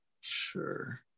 Sure